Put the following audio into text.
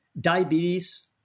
Diabetes